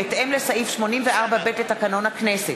בהתאם לסעיף 84(ב) לתקנון הכנסת.